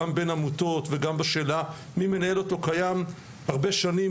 גם בין עמותות וגם בשאלה מי מנהל אותו קיים הרבה שנים,